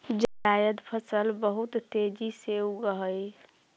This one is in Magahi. जायद फसल बहुत तेजी से उगअ हई